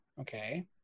Okay